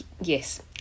Yes